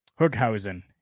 Hookhausen